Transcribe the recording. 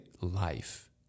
life